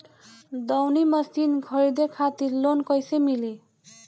दऊनी मशीन खरीदे खातिर लोन कइसे मिली?